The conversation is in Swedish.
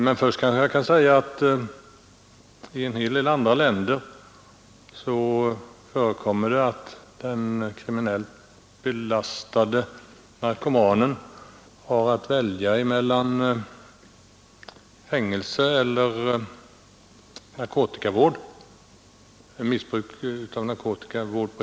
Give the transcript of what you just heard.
Men först kan jag säga att i en hel del andra länder förekommer det att den kriminellt belastade narkomanen har att välja mellan fängelse och vård på hem för missbrukare av narkotika.